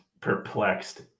perplexed